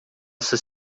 essa